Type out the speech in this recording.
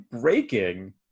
breaking